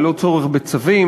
ללא צורך בצווים.